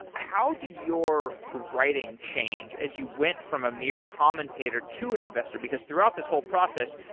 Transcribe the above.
how did your writing change as you went from a mere commentator to an investor, because throughout this whole process,